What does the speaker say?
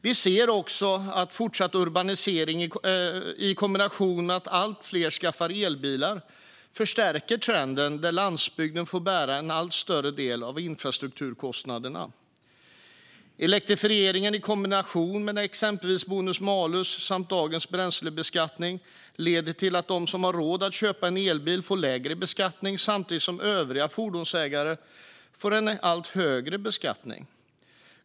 Vi ser också att fortsatt urbanisering i kombination med att allt fler skaffar elbilar förstärker trenden där landsbygden får bära en allt större del av infrastrukturkostnaderna. Elektrifieringen i kombination med exempelvis bonus-malus samt dagens bränslebeskattning leder till att de som har råd att köpa en elbil får lägre beskattning samtidigt som övriga fordonsägare får en allt högre beskattning.